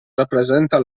rappresenta